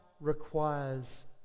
requires